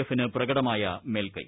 എഫിന് പ്രകടമായ മേൽക്കൈ